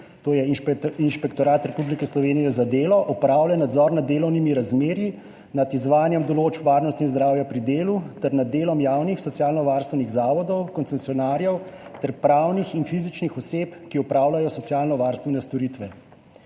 to je Inšpektorat Republike Slovenije za delo, opravlja nadzor nad delovnimi razmerji, nad izvajanjem določb varnosti in zdravja pri delu ter nad delom javnih socialnovarstvenih zavodov, koncesionarjev ter pravnih in fizičnih oseb, ki opravljajo socialnovarstvene storitve.